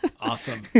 Awesome